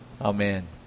Amen